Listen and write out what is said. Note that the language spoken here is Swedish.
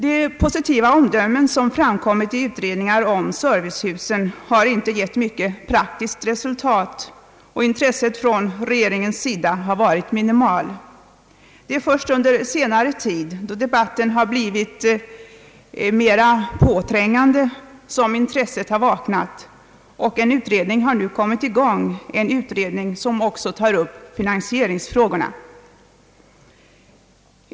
De positiva omdömen som framkommit i utredningar om servicehusen har inte gett mycket praktiskt resultat, och intresset från regeringens sida har varit minimalt. Det är först under senare tid då debatten har blivit mera påträngande som intresset har vaknat. En utredning har nu kommit i gång, som också tar upp finansieringsfrågorna.